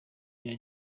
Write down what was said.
bya